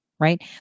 right